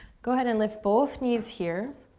go ahead and lift both knees here.